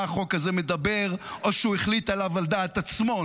החוק הזה מדבר או שהוא החליט עליו על דעת עצמו,